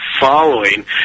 following